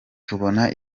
tubona